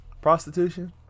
prostitution